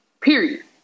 Period